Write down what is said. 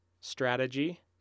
Strategy